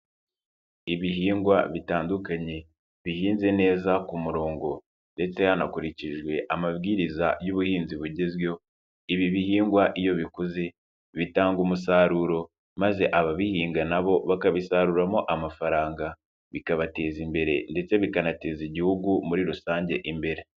Ibihingwa bitandukanye, bihinze neza ku murongo ndetse hanakurikijwe amabwiriza y'ubuhinzi bugezweho. Ibi bihingwa iyo bikoze bitanga umusaruro maze ababihinga na bo bakabisaruramo amafaranga, bikabateza imbere ndetse bikanateza igihugu muri rusange imbere.